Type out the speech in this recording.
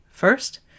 First